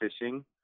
fishing